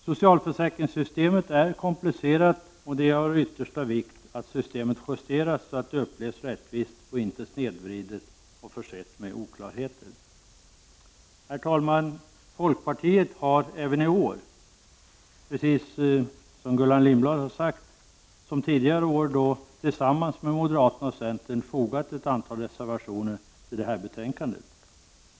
Socialförsäkringssystemet är komplicerat, och det är av yttersta vikt att systemet justeras så att det upplevs som rättvist och inte snedvridet och försett med oklarheter. Herr talman! Folkpartiet har även i år, precis som Gullan Lindblad har sagt, liksom tidigare år tillsammans med moderaterna och centern fogat ett antal reservationer till detta betänkande.